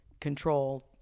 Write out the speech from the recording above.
control